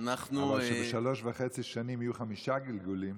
אבל שבשלוש שנים וחצי יהיו חמישה גלגולים,